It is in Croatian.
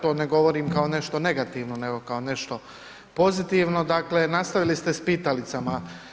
To ne govorim kao nešto negativno, nego kao nešto pozitivno, dakle nastavili ste s pitalicama.